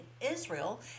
Israel